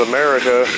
America